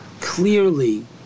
clearly